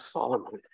Solomon